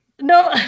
No